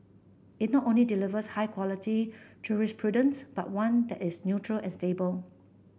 it not only delivers high quality jurisprudence but one that is neutral and stable